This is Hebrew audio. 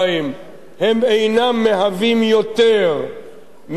הם אינם מהווים יותר מבערך 30%,